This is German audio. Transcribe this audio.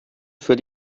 für